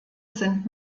sind